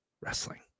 wrestling